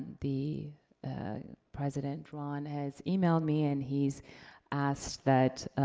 the president, ron, has emailed me, and he's asked that,